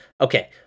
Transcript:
Okay